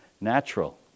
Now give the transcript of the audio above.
natural